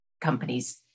companies